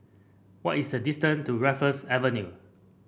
what is the distant to Raffles Avenue